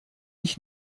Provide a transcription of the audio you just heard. ich